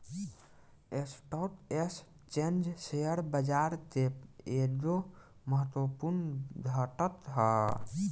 stock exchange share बाजार के एगो महत्वपूर्ण घटक ह